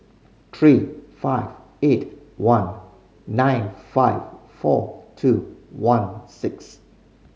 three five eight one nine five four two one six